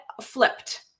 flipped